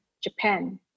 Japan